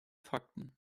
fakten